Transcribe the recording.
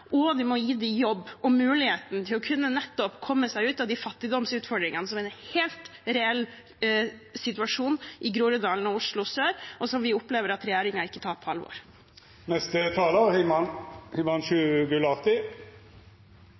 og man må gi dem jobb og muligheten til å komme seg ut av de fattigdomsutfordringene som er en helt reell situasjon i Groruddalen og Oslo sør, og som vi opplever at regjeringen ikke tar på